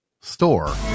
store